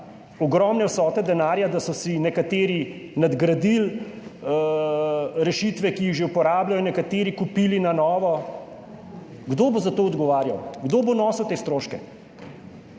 ogromne vsote denarja, da so si nekateri nadgradili rešitve, ki jih že uporabljajo, nekateri kupili na novo. Kdo bo za to odgovarjal? Kdo bo nosil te stroške?